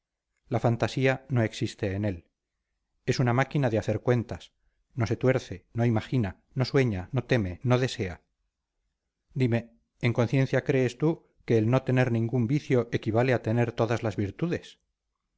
la fantasía no existe en él es una máquina de hacer cuentas no se tuerce no imagina no sueña no teme no desea dime en conciencia crees tú que el no tener ningún vicio equivale a tener todas las virtudes